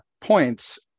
points